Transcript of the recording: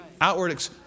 outward